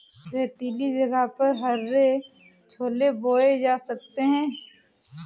रेतीले जगह पर हरे छोले बोए जा सकते हैं